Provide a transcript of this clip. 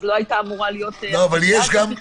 אז לא הייתה אמורה להיות הסוגיה הזו בכלל.